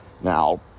Now